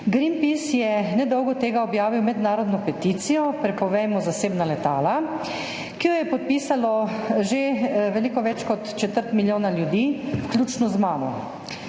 Greenpeace je nedolgo tega objavil mednarodno peticijo Prepovejmo zasebna letala, ki jo je podpisalo že veliko več kot četrt milijona ljudi, vključno z mano.